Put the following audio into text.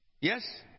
Yes